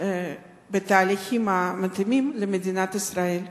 בתהליכים המתאימים למדינת ישראל.